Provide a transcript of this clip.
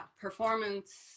performance